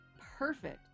perfect